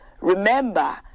Remember